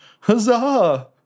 huzzah